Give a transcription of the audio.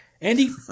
Andy